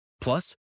Plus